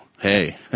Hey